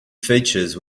features